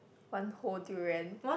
one whole durian